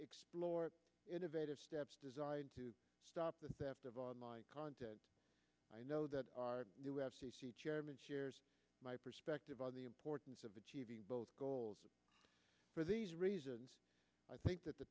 explore innovative steps designed to stop the theft of online content i know that our new f c c chairman shares my perspective on the importance of achieving both goals for these reasons i think that the